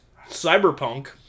Cyberpunk